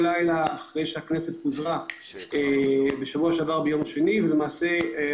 לילה אחרי שהכנסת פוזרה ביום שני שעבר,